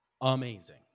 amazing